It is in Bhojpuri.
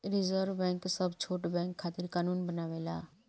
रिज़र्व बैंक सब छोट बैंक खातिर कानून बनावेला